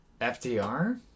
FDR